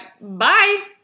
bye